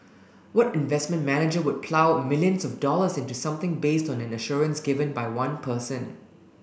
what investment manager would plough millions of dollars into something based on an assurance given by one person